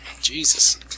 Jesus